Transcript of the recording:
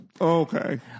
okay